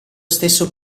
stesso